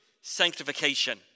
sanctification